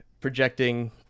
projecting